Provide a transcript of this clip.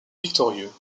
victorieux